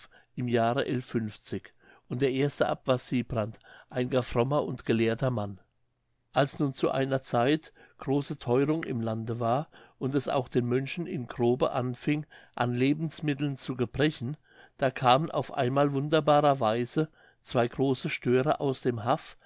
im jahre und der erste abt war sibrandt ein gar frommer und gelehrter mann als nun zu einer zeit große theurung im lande war und es auch den mönchen in grobe anfing an lebensmitteln zu gebrechen da kamen auf einmal wunderbarer weise zwei große störe aus dem haff